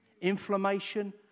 Inflammation